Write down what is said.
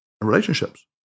relationships